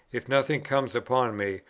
if nothing comes upon me,